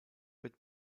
wird